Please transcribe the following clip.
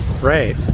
Right